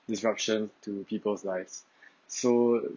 destruction to people's lives so